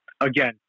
Again